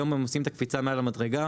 היום הם עוסקים את הקפיצה מעל המדרגה,